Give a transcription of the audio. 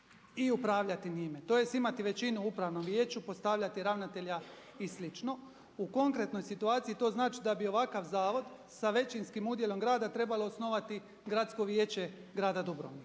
i upravljati njime tj. imati većinu u upravnom vijeću, postavljati ravnatelja i slično. U konkretnoj situaciji to znači da bi ovakav zavod sa većinskim udjelom grada trebalo osnovati Gradsko vijeće Grada Dubrovnika.